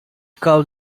cow